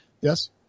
Yes